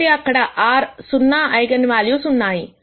కాబట్టి అక్కడ r సున్నా ఐగన్ వాల్యూస్ ఉన్నాయి